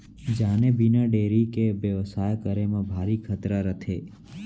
जाने बिना डेयरी के बेवसाय करे म भारी खतरा रथे